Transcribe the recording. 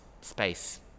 space